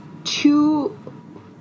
Two